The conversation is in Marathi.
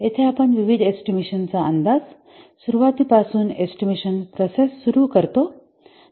येथे आपण विविध एस्टिमेशन चा अंदाज सुरवातीपासून एस्टिमेशन प्रक्रिया सुरू करतो